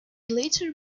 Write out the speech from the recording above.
later